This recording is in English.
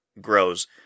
grows